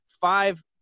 five